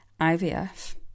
IVF